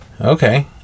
okay